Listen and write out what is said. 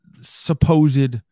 supposed